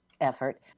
effort